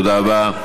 תודה רבה.